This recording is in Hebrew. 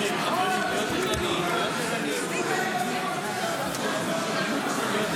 הכנסת) אפרת